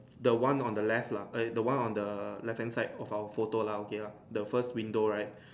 the one on the left lah eh the one on the left hand side of our photo lah okay lah the first window right